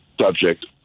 subject